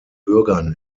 bürgern